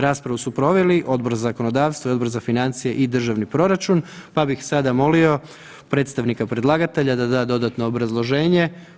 Raspravu su proveli Odbor za zakonodavstvo i Odbor za financije i državni proračun, pa bih sada molio predstavnika predlagatelja da da dodatno obrazloženje.